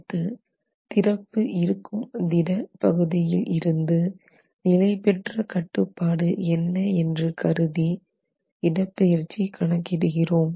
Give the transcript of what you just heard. அடுத்து திறப்பு இருக்கும் திட பகுதியிலிருந்து நிலைபெற்ற கட்டுப்பாடு என்று கருதி இடப்பெயர்ச்சி கணக்கிடுகிறோம்